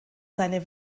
seine